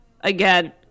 again